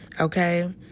Okay